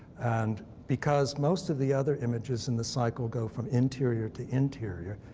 and because most of the other images in the cycle go from interior to interior,